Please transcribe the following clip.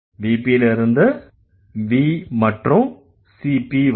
VP ல இருந்து V மற்றும் CP வரும்